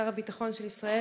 שר הביטחון של ישראל,